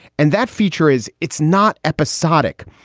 and that feature is it's not episodic.